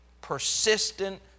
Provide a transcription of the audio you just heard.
persistent